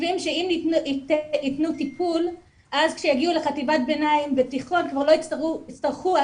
חושבים שאם יתנו טיפול אז כשיגיעו לחטיבת ביניים ותיכון כבר לא יצטרכו,